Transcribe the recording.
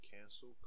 cancel